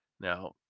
Now